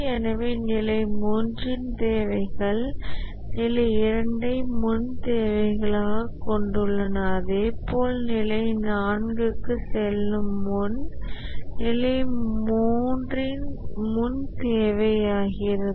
எனவே நிலை 3 இன் தேவைகள் நிலை 2 ஐ முன் தேவைகளாகக் கொண்டுள்ளன அதே போல் நிலை 4 க்கு செல்ல முன் நிலை 3 முன் தேவையாகிறது